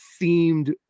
themed